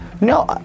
No